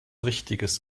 richtiges